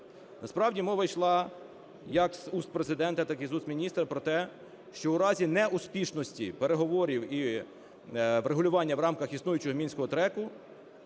Насправді мова ішла, як з уст Президента, так і з уст міністра, про те, що у разі неуспішності переговорів і врегулювання в рамках існуючого мінського треку